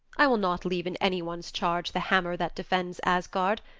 i will not leave in any one's charge the hammer that defends asgard.